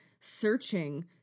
searching